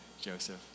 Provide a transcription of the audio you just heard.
Joseph